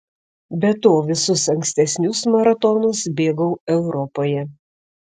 be to visus ankstesnius maratonus bėgau europoje